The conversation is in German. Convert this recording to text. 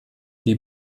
die